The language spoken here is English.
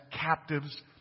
captives